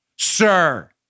Sir